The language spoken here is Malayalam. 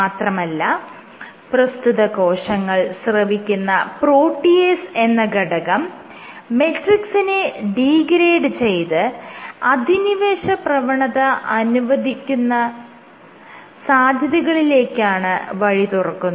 മാത്രമല്ല പ്രസ്തുത കോശങ്ങൾ സ്രവിക്കുന്ന പ്രോട്ടിയേസ് എന്ന ഘടകം മെട്രിക്സിനെ ഡീഗ്രേഡ് ചെയ്ത് അധിനിവേശ പ്രവണത അനുവദിക്കുന്ന സാധ്യതകളിലേക്കാണ് വഴിതുറക്കുന്നത്